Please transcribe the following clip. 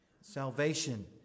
salvation